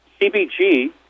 CBG